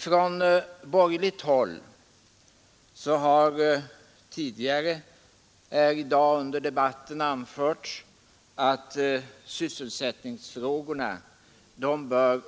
Från borgerligt håll har tidigare här i dag under debatten anförts att sysselsättningsfrågorna bör